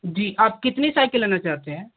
जी आप कितनी साइकिल लेना चाहते हैं